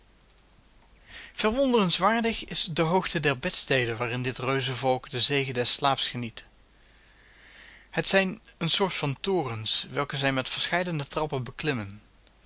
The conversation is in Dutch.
verwonderenswaardig is de hoogte der bedsteden waarin dit reuzenvolk den zegen des slaaps geniet het zijn een soort van torens welke zij met verscheidene trappen beklimmen